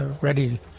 ready